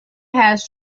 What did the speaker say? has